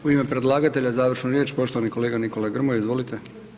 U ime predlagatelja završnu riječ poštovani kolega Nikola Grmoja, izvolite.